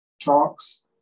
talks